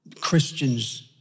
Christians